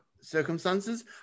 circumstances